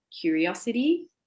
curiosity